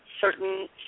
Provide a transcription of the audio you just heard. certain